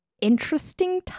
interesting